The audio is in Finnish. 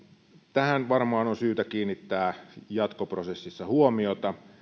tähän varmaan on syytä kiinnittää jatkoprosessissa huomiota